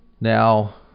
Now